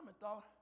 thought